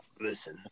listen